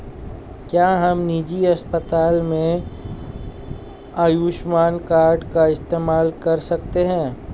क्या हम निजी अस्पताल में आयुष्मान कार्ड का इस्तेमाल कर सकते हैं?